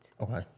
Okay